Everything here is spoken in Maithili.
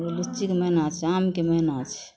लिच्चीके महीना छै आमके महीना छै